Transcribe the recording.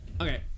Okay